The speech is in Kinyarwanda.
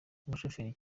umushoferi